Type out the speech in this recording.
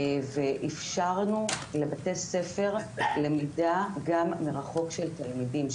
ואפשרנו לבתי ספר למידה גם מרחוק של תלמידים,